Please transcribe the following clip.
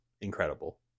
incredible